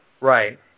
Right